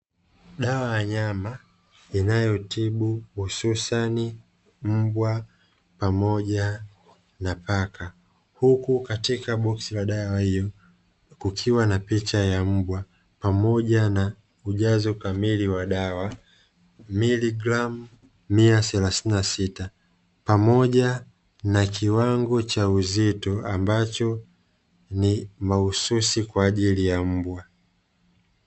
Dawa ya wanyama inayotibu hususani mbwa pamoja na paka. Huku katika boksi la dawa hiyo kukiwa na picha ya mbwa pamoja na ujazo kamili wa dawa miligramu mia thelathini na sita, pamoja na kiwango cha uzito ambacho ni mahususi kwa ajili ya mbwa.